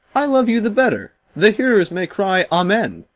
i love you the better the hearers may cry amen.